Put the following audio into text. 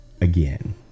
again